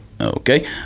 Okay